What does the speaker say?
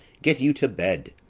get you to bed!